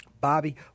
Bobby